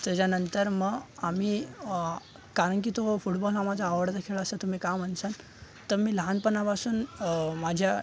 त्याच्यानंतर मग आम्ही कारण की तो फुटबॉल हा माझा आवडता खेळ असं तुम्ही का म्हनसान तर मी लहानपणापासून माझ्या